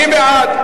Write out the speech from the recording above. מי בעד?